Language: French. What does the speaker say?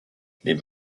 les